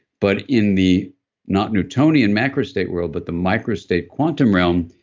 but in the not newtonian macro state world, but the micro state quantum realm,